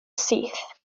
syth